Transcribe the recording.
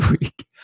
week